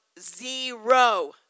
zero